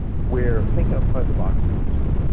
where think outside the box comes from.